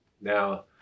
now